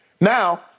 Now